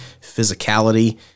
physicality